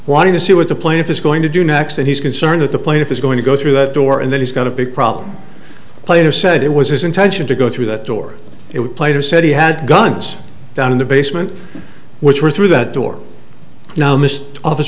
wanting to see what the plaintiff is going to do next and he's concerned that the plaintiff is going to go through that door and then he's got a big problem player said it was his intention to go through that door it player said he had guns down in the basement which were through that door now